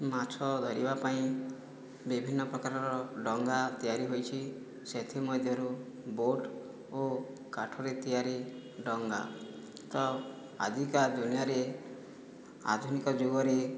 ମାଛ ଧରିବା ପାଇଁ ବିଭିନ୍ନ ପ୍ରକାରର ଡଙ୍ଗା ତିଆରି ହୋଇଛି ସେଥିମଧ୍ୟରୁ ବୋଟ୍ ଓ କାଠରେ ତିଆରି ଡଙ୍ଗା ତ ଆଜିକା ଦୁନିଆରେ ଆଧୁନିକ ଯୁଗରେ